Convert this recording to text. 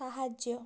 ସାହାଯ୍ୟ